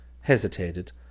hesitated